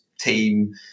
team